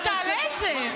--- אבל תעלה את זה.